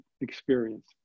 experience